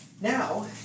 Now